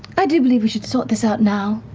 i do believe we should sort this out now.